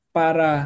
para